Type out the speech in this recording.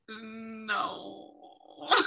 No